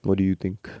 what do you think